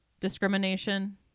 discrimination